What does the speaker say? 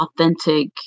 authentic